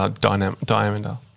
diameter